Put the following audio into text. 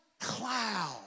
cloud